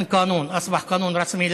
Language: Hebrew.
חוק זה הוא חוק רשמי,